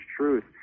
truth